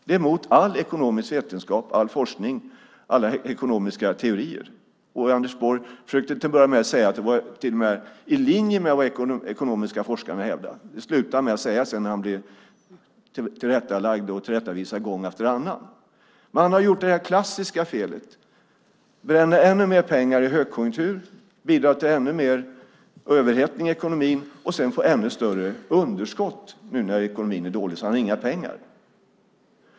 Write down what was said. Det är mot all ekonomisk vetenskap, forskning och teori. Anders Borg försökte till en början till och med säga att detta var i linje med vad de ekonomiska forskarna hävdar. Det slutade han säga när han blev tillrättalagd och tillrättavisad gång efter annan. Han har gjort det klassiska felet: Han har bränt ännu mer pengar i högkonjunktur, bidragit till ännu mer överhettning i ekonomin och sedan fått ännu större underskott, nu när ekonomin är dålig. Nu har han inga pengar.